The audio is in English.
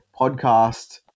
podcast